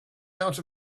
out